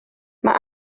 mae